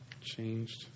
changed